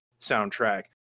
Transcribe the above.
soundtrack